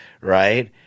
right